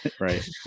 right